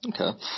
Okay